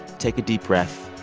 take a deep breath.